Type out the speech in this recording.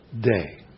day